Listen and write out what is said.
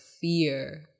fear